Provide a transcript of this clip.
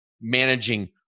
managing